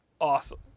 awesome